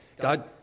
God